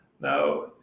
Now